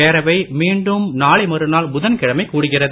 பேரவை மீண்டும் நாளை மறுநாள் புதன்கிழமை கூடுகிறது